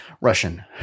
Russian